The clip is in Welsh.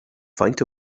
faint